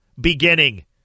Beginning